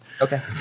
Okay